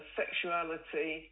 sexuality